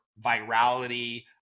virality